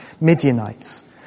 Midianites